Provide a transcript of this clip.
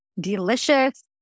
delicious